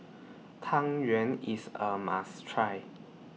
Tang Yuen IS A must Try